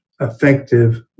effective